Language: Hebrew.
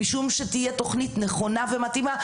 משום שתהיה תוכנית נכונה ומתאימה.